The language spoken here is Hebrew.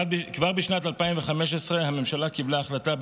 כבר בשנת 2015 הממשלה קיבלה החלטה,